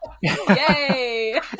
Yay